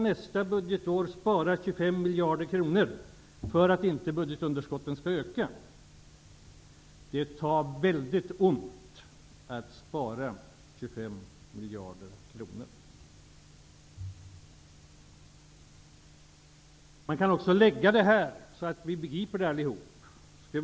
Nästa budgetår måste vi alltså spara 25 miljarder kronor för att budgetunderskottet inte skall öka. Det är mycket hårt att spara 25 miljarder kronor. Jag kan också beskriva det här på ett annat sätt så att alla begriper.